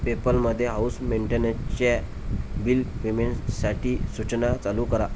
पेपलमध्ये house मेंटेनच्च्या bill पेमेनसाठी सूचना चालू करा